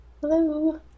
Hello